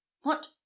What